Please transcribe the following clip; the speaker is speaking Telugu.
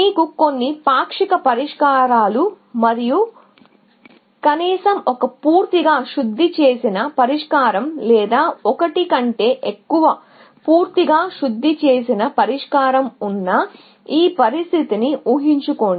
మీకు కొన్ని పాక్షిక పరిష్కారాలు అలాగే కనీసం ఒక పూర్తిగా శుద్ధి చేసిన పరిష్కారం లేదా ఒకటి కంటే ఎక్కువ పూర్తిగా శుద్ధి చేసిన పరిష్కారాలు ఉన్న ఈ పరిస్థితిని ఉహించుకోండి